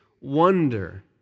wonder